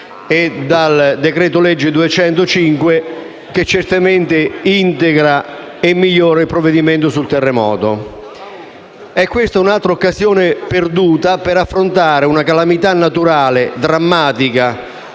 n. 205 del 2016, che certamente integra e migliora il provvedimento sul terremoto. È questa un'altra occasione perduta per affrontare una calamità naturale drammatica,